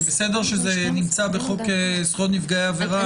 זה בסדר שזה נמצא בחוק זכויות נפגעי עבירה,